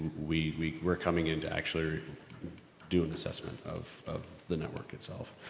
we, we, we're coming in to actually do an assessment of of the network itself.